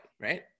Right